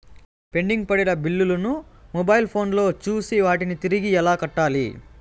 pending పడిన బిల్లులు ను మొబైల్ ఫోను లో చూసి వాటిని తిరిగి ఎలా కట్టాలి